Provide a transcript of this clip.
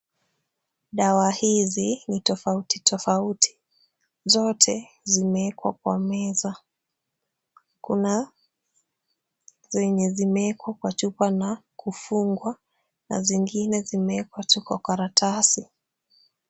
Dawa hizi ni tofauti tofauti. Zote zimeekwa kwa meza. Kuna zenye zimeekwa kwa chupa na kufungwa na zingine zimeekwa tu kwa karatasi.